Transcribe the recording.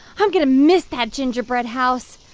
i'm going to miss that gingerbread house.